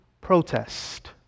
protest